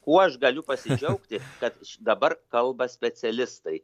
kuo aš galiu pasidžiaugti kad dabar kalba specialistai